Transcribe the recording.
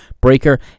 Breaker